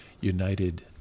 United